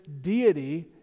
deity